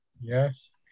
Yes